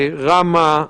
לרמ"א,